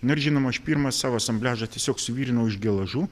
na ir žinoma aš pirmą savo asambliažą tiesiog suvirinau iš geležių